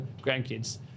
grandkids